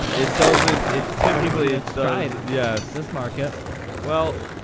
it doesn't it's typically it's all right yes this market well.